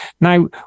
Now